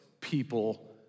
people